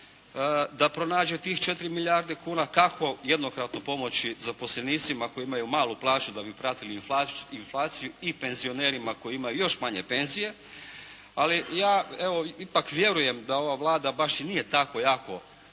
da pronađe tih 4 milijarde kuna kako jednokratno pomoći zaposlenicima koji imaju malu plaću da bi pratili inflaciju i penzionerima koji imaju još manje penzije. Ali ja evo ipak vjerujem da ova Vlada baš i nije tako jako